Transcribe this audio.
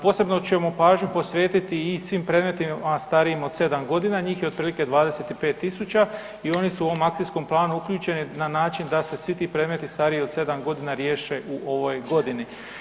Posebnu ćemo pažnju posvetiti i svim predmetima starijim od 7.g., njih je otprilike 25.000 i oni su u ovom akcijskom planu uključeni na način da se svi ti predmeti stariji od 7.g. riješe u ovoj godini.